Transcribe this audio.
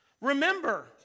Remember